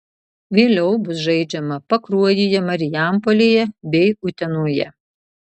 vėliau bus žaidžiama pakruojyje marijampolėje bei utenoje